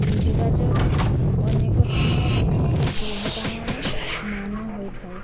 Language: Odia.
ବୁଲିବା ଯୋଗୁଁ ଅନେକ ସମୟରେ ଦୁର୍ଘଟଣାର ମାନ ହୋଇଥାଏ